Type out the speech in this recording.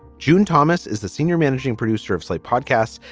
june thomas is the senior managing producer of slate podcasts.